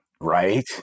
Right